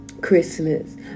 Christmas